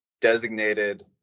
designated